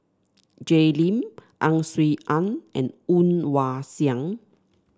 Jay Lim Ang Swee Aun and Woon Wah Siang